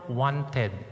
wanted